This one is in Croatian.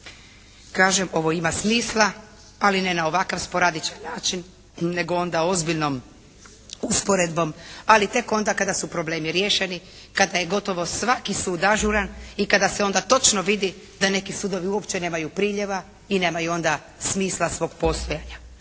Kažem, ovo ima smisla ali ne na ovakav sporadičan način, nego onda ozbiljnom usporedbom ali tek onda kada su problemi riješeni, kada je gotovo svaki sud ažuran i kada se onda točno vidi da neki sudovi uopće nemaju priljeva i nemaju onda smisla svog postojanja.